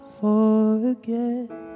forget